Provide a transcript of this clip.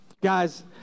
Guys